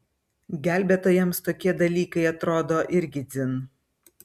gelbėtojams tokie dalykai atrodo irgi dzin